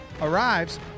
arrives